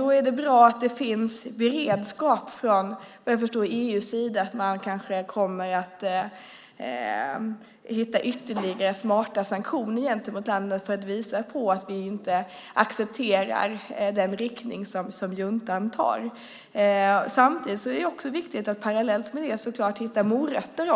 Då är det bra om det från EU:s sida finns beredskap till ytterligare smarta sanktioner mot landet, just för att visa att vi inte accepterar den riktning som juntan har. Samtidigt tror jag att det är viktigt att också hitta morötter.